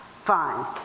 Fine